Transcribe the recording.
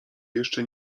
jeszcze